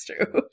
true